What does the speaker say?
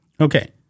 Okay